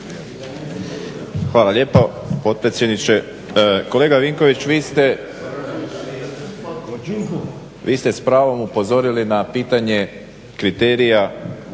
Hvala lijepa potpredsjedniče. Kolega Vinković vi ste s pravom upozorili na pitanje kriterija